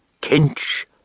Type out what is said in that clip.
Kinch